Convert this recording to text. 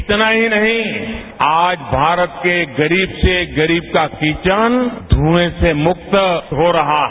इतना ही नहीं आज भारत के गरीब से गरीब का किचन धुएं से मुक्त हो रहा है